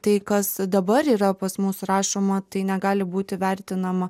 tai kas dabar yra pas mus rašoma tai negali būti vertinama